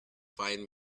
fine